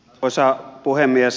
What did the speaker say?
arvoisa puhemies